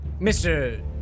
Mr